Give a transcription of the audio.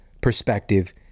perspective